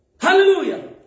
Hallelujah